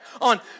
on